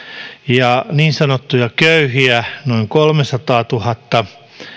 ja niin sanottuja köyhiä noin kolmesataatuhatta